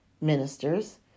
ministers